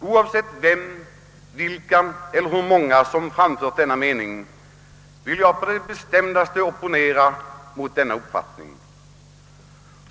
Oavsett vilka eller hur många som framfört denna mening vill jag på det bestämdaste opponera mot den.